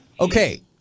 okay